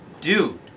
Dude